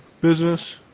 business